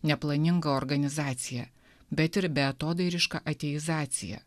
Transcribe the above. neplaninga organizacija bet ir beatodairiška ateizacija